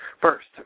First